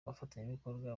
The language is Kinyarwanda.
abafatanyabikorwa